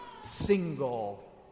single